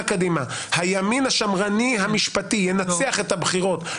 קדימה הימין השמרני המשפטי ינצח את הבחירות,